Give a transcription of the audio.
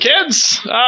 kids